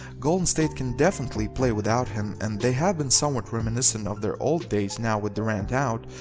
golden state can definitely play without him and they have been somewhat reminiscent of their old days now with durant out,